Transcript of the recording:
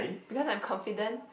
because I am confident